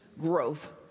growth